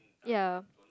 ya